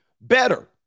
Better